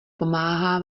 pomáhá